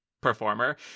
performer